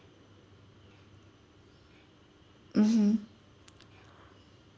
mmhmm